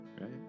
right